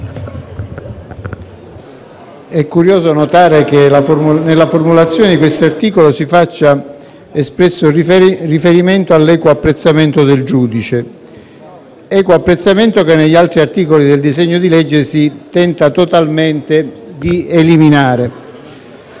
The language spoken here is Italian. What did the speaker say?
è curioso notare che nella formulazione di questo articolo si faccia espresso riferimento all'equo apprezzamento del giudice; equo apprezzamento che negli altri articoli del disegno di legge si tenta di eliminare